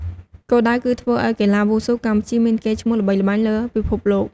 គោលដៅគឺធ្វើឲ្យកីឡាវ៉ូស៊ូកម្ពុជាមានកេរ្តិ៍ឈ្មោះល្បីល្បាញលើពិភពលោក។